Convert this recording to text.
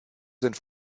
sind